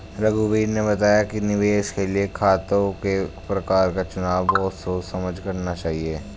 रघुवीर ने बताया कि निवेश के लिए खातों के प्रकार का चुनाव बहुत सोच समझ कर करना चाहिए